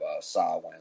sawin